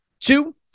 Two